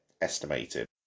estimated